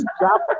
drop